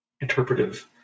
interpretive